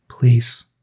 Please